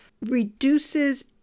reduces